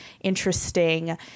interesting